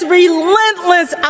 relentless